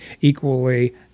equally